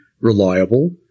reliable